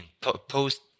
post